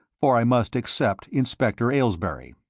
for i must except inspector aylesbury.